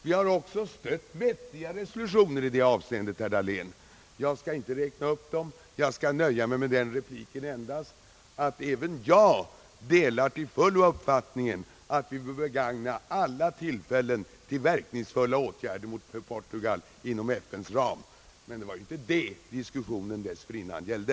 Vi har också stött vettiga resolutioner i detta avseende, herr Dahlén. Jag skall inte räkna upp dessa, utan nöjer mig med att betona att även jag till fullo delar uppfattningen att vi bör begagna alla tillfällen till att stödja verkningsfulla åtgärder mot Portugal inom FN:s ram. Men det var inte detta diskussionen dessförinnan gällde.